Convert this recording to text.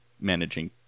managing